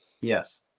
yes